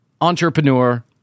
entrepreneur